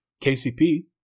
KCP